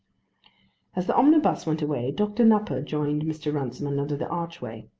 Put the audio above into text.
as the omnibus went away dr. nupper joined mr. runciman under the archway.